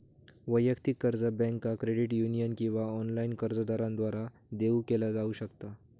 वैयक्तिक कर्ज बँका, क्रेडिट युनियन किंवा ऑनलाइन कर्जदारांद्वारा देऊ केला जाऊ शकता